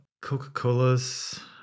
Coca-Colas